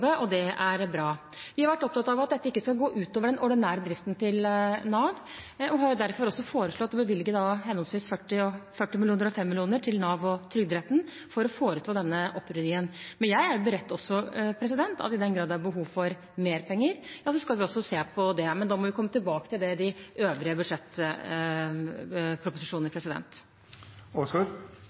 og det er bra. Vi har vært opptatt av at dette ikke skal gå ut over den ordinære driften til Nav, og har derfor foreslått å bevilge 40 mill. kr og 5 mill. kr til henholdsvis Nav og Trygderetten for å forestå denne opprydningen. I den grad det er behov for mer penger, er jeg beredt på at vi skal se på det. Men da må vi komme tilbake til det i øvrige budsjettproposisjoner.